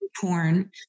porn